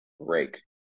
break